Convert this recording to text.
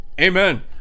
Amen